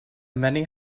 many